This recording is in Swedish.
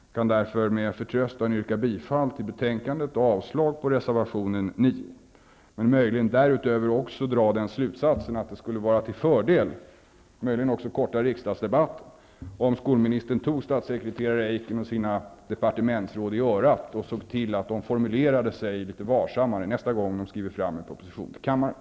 Jag kan därför med förtröstan yrka bifall till utskottets hemställan och avslag på reservation 9. Möjligen kan jag därutöver dra den slutsatsen att det skulle vara till fördel -- det skulle möjligen också förkorta riksdagsdebatten -- om skolministern tog statssekreterare Eiken och sina departementsråd i örat och såg till att de formulerade sig litet varsammare nästa gång de skriver fram en proposition till riksdagen.